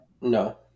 No